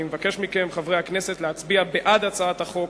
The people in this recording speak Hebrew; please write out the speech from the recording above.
אני מבקש מכם, חברי הכנסת, להצביע בעד הצעת החוק